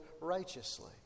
righteously